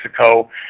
Mexico